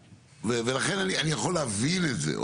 ולכן אני יכול להבין את זה.